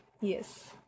Yes